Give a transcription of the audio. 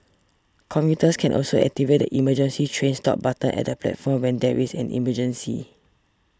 commuters can also activate the emergency train stop buttons at the platforms when there is an emergency